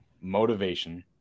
motivation